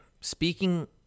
Speaking